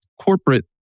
corporate